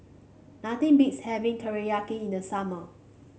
nothing beats having Teriyaki in the summer